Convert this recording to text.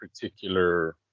particular